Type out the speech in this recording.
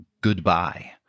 goodbye